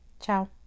Ciao